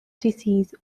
disease